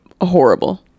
horrible